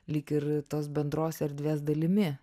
lyg ir tos bendros erdvės dalimi